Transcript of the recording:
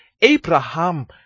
Abraham